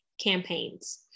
campaigns